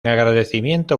agradecimiento